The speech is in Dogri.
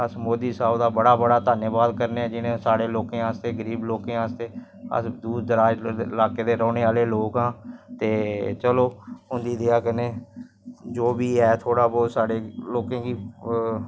लोक उत्थैं सुनी लैंदे ऐ जियां टीवी रखे दे फोन च सूनी लैंदे ऐ निक्के कौला निक्के बच्चे कौल अज्ज फोन न सुनी लैंदा फोन च पैह्ले लोक ते अनपढ़ होंदे हे उनै लोकैं गी ते पता नीं लगदा हा अज्ज कल निक्के निक्के